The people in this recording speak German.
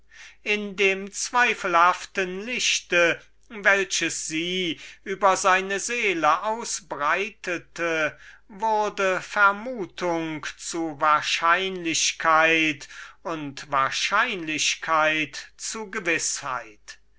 in dem zweifelhaften lichte welches sie über seine seele ausbreitete wurde vermutung zu wahrscheinlichkeit und wahrscheinlichkeit zu gewißheit